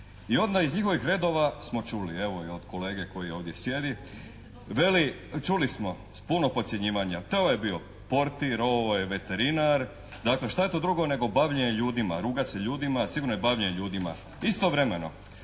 I onda iz njihovih redova smo čuli evo i od kolege koji ovdje sjedi. Veli, čuli smo s puno podcjenjivanja, te ovaj je bio portir, ovo je veterinar, dakle šta je to drugo nego bavljenje ljudima, rugat se ljudima, sigurno je bavljenje ljudima. Istovremeno